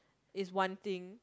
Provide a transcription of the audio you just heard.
is one thing